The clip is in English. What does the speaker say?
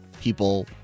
people